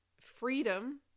freedom